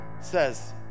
Says